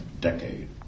decade